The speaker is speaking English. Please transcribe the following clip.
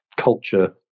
Culture